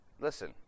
Listen